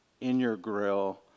in-your-grill